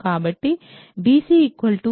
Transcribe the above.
కాబట్టి bc 0కి మరియు bd 1